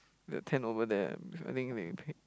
that tent over there ah I think they pay